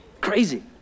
Crazy